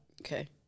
Okay